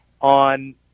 on